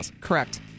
Correct